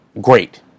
great